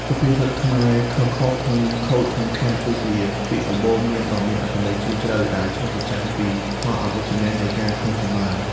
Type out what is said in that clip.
សុភាសិតខ្មែរ "ខឹងខុស ខឹងខូច ខឹងខាត" គឺជាពាក្យទូន្មានដ៏មានអត្ថន័យជ្រាលជ្រៅ ដែលឆ្លុះបញ្ចាំងពីផលអវិជ្ជមាននៃការខឹងសម្បារ។